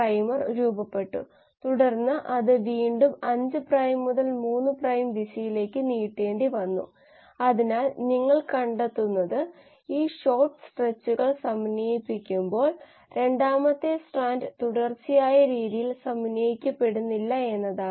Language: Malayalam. നേരത്തെ സൂചിപ്പിച്ചതുപോലെ എൽ ലൈസിൻ അഥവാ മൈനസ് ലൈസിൻ Lysine വാർഷിക അളവിൽ ലക്ഷക്കണക്കിന് ടൺ ഉൽപാദിപ്പിക്കപ്പെടുന്നു കാരണം ഈ അമിനോആസിഡ് മൃഗകോശങ്ങൾ ഉൽപാദിപ്പിക്കുന്നില്ല പക്ഷേ ഇവ പ്രോട്ടീനുകൾക്കും മറ്റും ആവശ്യവുമാണ്